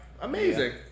amazing